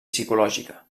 psicològica